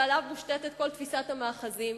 שעליו מושתתת כל תפיסת המאחזים,